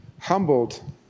humbled